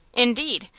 indeed!